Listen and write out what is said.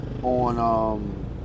On